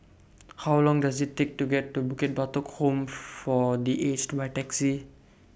How Long Does IT Take to get to Bukit Batok Home For The Aged By Taxi